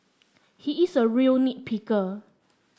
he is a real nit picker